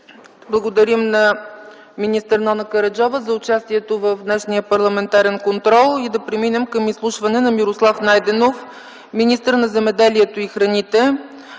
Благодарим на министър Нона Караджова за участието й в днешния парламентарен контрол. Преминаваме към изслушване на Мирослав Найденов – министър на земеделието и храните.